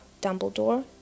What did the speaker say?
Dumbledore